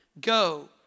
Go